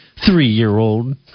three-year-old